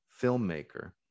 filmmaker